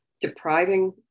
depriving